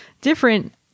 different